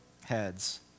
heads